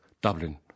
Dublin